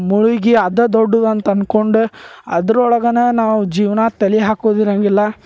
ಮುಳುಗಿ ಅದು ದೊಡ್ದುದು ಅಂತಂದ್ಕೊಂಡು ಅದ್ರೊಳಗ ನಾವು ಜೀವನ ತಲೆ ಹಾಕುದಿರಂಗಿಲ್ಲ